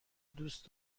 دوست